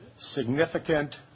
significant